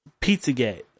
Pizzagate